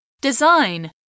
design